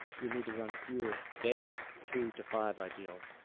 you need to run fewer days, two to five ideally.